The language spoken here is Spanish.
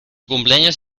cumpleaños